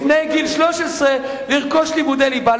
לפני גיל 13 לרכוש לימודי ליבה.